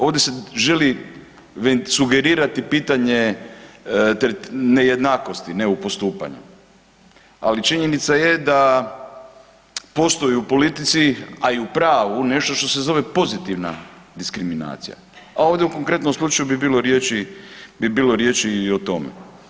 Ovdje se želi sugerirati pitanje nejednakosti ne u postupanju, ali činjenica je da postoji u politici, a i u pravu nešto što se zove pozitivna diskriminacija, a ovdje u konkretnom slučaju bi bilo riječi i o tome.